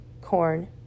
corn